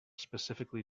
specifically